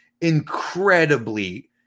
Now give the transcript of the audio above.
incredibly